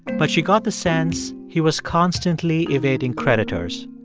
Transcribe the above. but she got the sense he was constantly evading creditors.